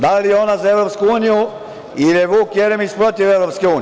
Da li je ona za EU ili je Vuk Jeremić protiv EU?